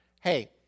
hey